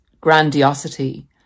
grandiosity